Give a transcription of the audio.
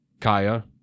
Kaya